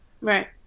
right